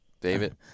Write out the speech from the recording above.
David